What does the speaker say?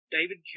David